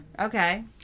Okay